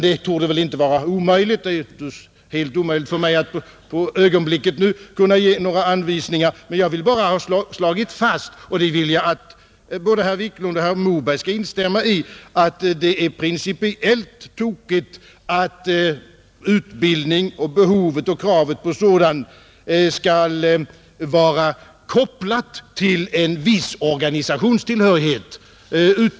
Det är givetvis helt omöjligt för mig att på ögonblicket ge några anvisningar, men jag vill bara ha slagit fast — och det vill jag att både herr Wiklund och herr Moberg skall instämma i — att det är principiellt oriktigt att utbildning och behovet och kravet på sådan skall kopplas till en viss organisationstillhörighet.